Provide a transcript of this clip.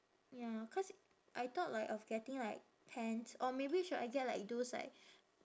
ya cause I thought like of getting like pants or maybe should I get like those like